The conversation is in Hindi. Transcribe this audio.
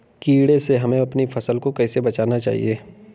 कीड़े से हमें अपनी फसल को कैसे बचाना चाहिए?